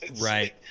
Right